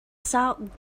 south